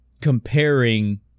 comparing